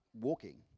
Walking